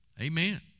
amen